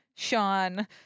Sean